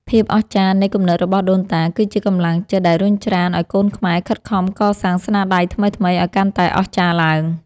ភាពអស្ចារ្យនៃគំនិតរបស់ដូនតា គឺជាកម្លាំងចិត្តដែលរុញច្រានឱ្យកូនខ្មែរខិតខំកសាងស្នាដៃថ្មីៗឱ្យកាន់តែអស្ចារ្យឡើង។